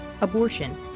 abortion